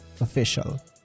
official